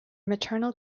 maternal